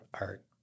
art